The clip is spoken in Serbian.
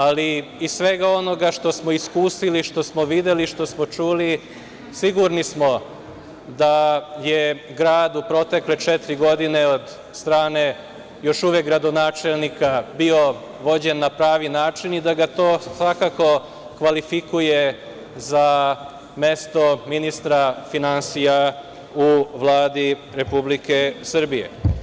Ali, iz svega onoga što smo iskusili, što smo videli i što smo čuli, sigurni smo da je grad u protekle četiri godine od strane još uvek gradonačelnika bio vođen na pravi način i da ga to svakako kvalifikuje za mesto ministra finansija u Vladi Republike Srbije.